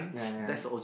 ya ya